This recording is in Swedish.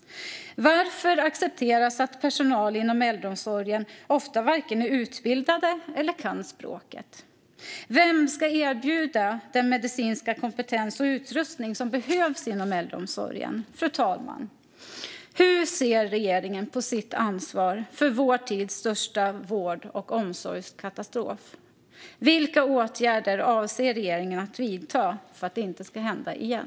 Varför accepteras att personal inom äldreomsorgen ofta varken är utbildade eller kan språket? Vem ska erbjuda den medicinska kompetens och utrustning som behövs inom äldreomsorgen? Fru talman! Hur ser regeringen på sitt ansvar för vår tids största vård och omsorgskatastrof? Vilka åtgärder avser regeringen att vidta för att det inte ska hända igen?